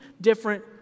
different